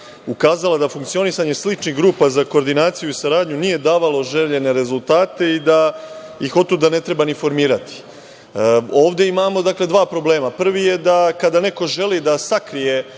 ukazala da funkcionisanje sličnih grupa za koordinaciju i saradnju nije davalo željene rezultate i da ih otuda ne treba ni formirati. Ovde imamo dva problema. Prvi je da, kada neko želi da sakrije